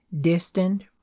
distant